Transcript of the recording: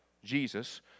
Jesus